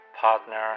partner